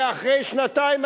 ואחרי שנתיים,